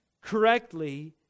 correctly